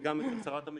וגם אצל שרת המשפטים,